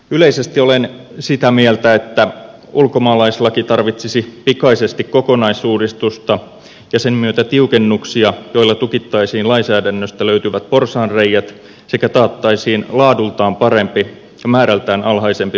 yleisesti olen sitä mieltä että ulkomaalaislaki tarvitsisi pikaisesti kokonaisuudistusta ja sen myötä tiukennuksia joilla tukittaisiin lainsäädännöstä löytyvät porsaanreiät sekä taattaisiin laadultaan parempi ja määrältään alhaisempi maahanmuutto suomeen